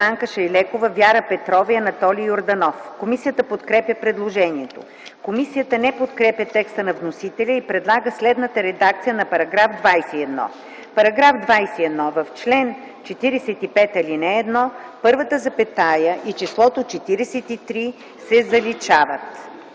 Станка Шайлекова, Вяра Петрова и Анатолий Йорданов. Комисията подкрепя предложението. Комисията не подкрепя текста на вносителя и предлага следната редакция на § 21: „§ 21. В чл. 45, ал. 1 първата запетая и числото „43” се заличават.”.